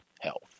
health